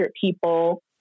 people